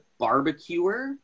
barbecuer